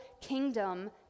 kingdom